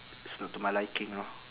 it's not to my liking know